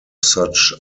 such